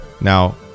now